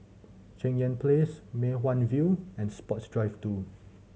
Cheng Yan Place Mei Hwan View and Sports Drive Two